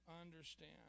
understand